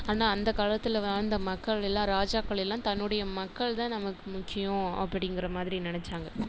ஆனால் அந்த காலத்தில் வாழ்ந்த மக்கள் எல்லாம் ராஜாக்கள் எல்லாம் தன்னுடைய மக்கள் தான் நமக்கு முக்கியம் அப்படிங்கிற மாதிரி நினச்சாங்க